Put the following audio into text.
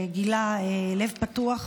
והוא גילה לב פתוח,